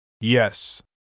Yes